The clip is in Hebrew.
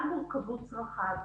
על מורכבות צרכיו.